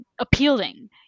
appealing